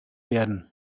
werden